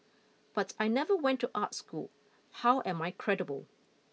but I never went to art school how am I credible